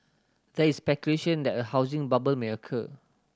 there is speculation that a housing bubble may occur